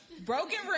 Broken